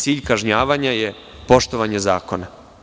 Cilj kažnjavanja je poštovanje zakona.